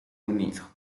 unido